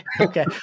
okay